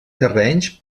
terrenys